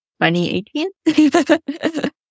2018